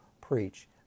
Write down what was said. preach